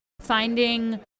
finding